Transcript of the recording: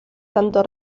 tanto